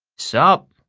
sup,